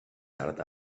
tard